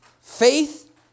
faith